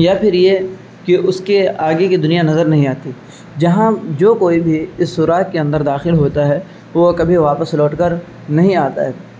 یا پھر یہ کہ اس کے آگے کی دنیا نظر نہیں آتی جہاں جو کوئی بھی اس سوراخ کے اندر داخل ہوتا ہے وہ کبھی واپس لوٹ کر نہیں آتا ہے